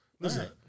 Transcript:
Listen